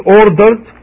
ordered